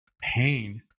pain